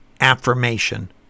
affirmation